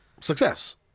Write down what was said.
success